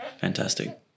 Fantastic